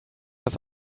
das